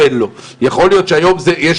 יכול להיות שהיום אין לו,